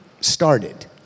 started